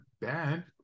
bad